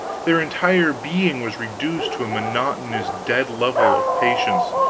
their entire being was reduced to a monotonous dead level of patience,